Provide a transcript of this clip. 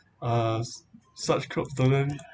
uh s~ such curbs doesn't